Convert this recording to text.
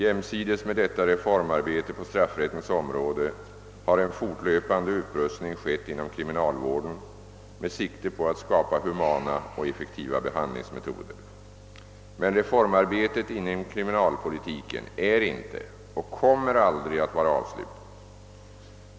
Jämsides med detta reformarbete på straffrättens område har en fortlöpande upprustning skett inom kriminalvården med sikte på att skapa humana och effektiva behandlingsmetoder. Men reformarbetet inom kriminalpolitiken är inte och kommer aldrig att vara avslutat.